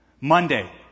Monday